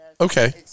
Okay